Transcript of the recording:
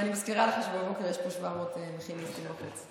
ואני מזכירה לך שבבוקר יש פה 700 מכיניסטים בחוץ.